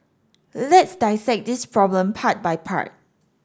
let's dissect this problem part by part